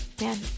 Man